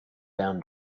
down